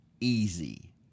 easy